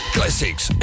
Classics